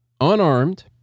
unarmed